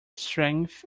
strength